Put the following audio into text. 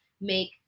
make